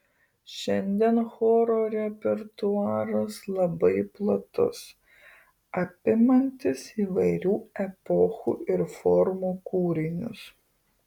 šiandien choro repertuaras labai platus apimantis įvairių epochų ir formų kūrinius